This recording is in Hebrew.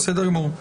בסדר גמור.